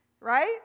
Right